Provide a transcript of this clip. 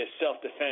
self-defense